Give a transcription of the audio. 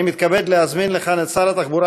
אני מתכבד להזמין לכאן את שר התחבורה